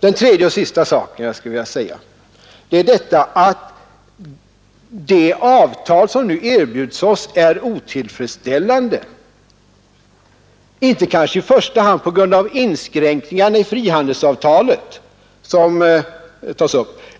Den tredje och sista saken som jag skulle vilja ta upp är att det avtal som nu erbjuds är otillfredsställande, inte i första hand på grund av inskränkningarna i frihandelsavtalet